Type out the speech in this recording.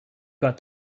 got